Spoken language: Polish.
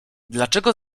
dlaczego